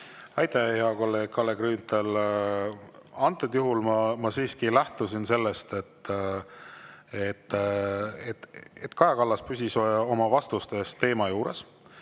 Aitäh, hea kolleeg Kalle Grünthal! Antud juhul ma siiski lähtusin sellest, et Kaja Kallas püsis oma vastustes teema juures.